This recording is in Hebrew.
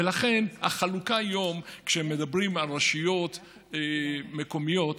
ולכן, החלוקה היום, כשמדברים על רשויות מקומיות